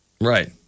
Right